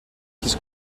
his